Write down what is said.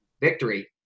victory